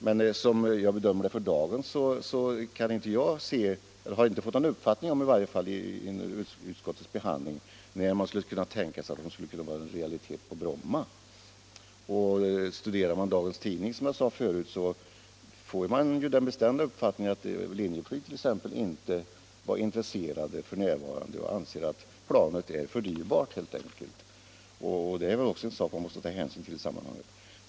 Under utskottets behandling har jag inte fått någon uppfattning om när dessa plan skulle kunna tänkas som en realitet på Bromma. Studerar man dagens tidningar får man, som jag sade förut, den bestämda uppfattningen att exempelvis Linjeflyg inte är intresserat f.n. Bolaget anser att planet är för dyrt helt enkelt, och det är också en sak som man måste ta hänsyn till i sammanhanget.